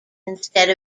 instead